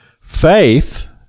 faith